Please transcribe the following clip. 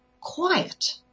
Quiet